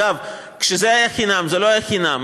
אגב, כשזה היה חינם זה לא היה חינם.